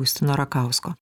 justino rakausko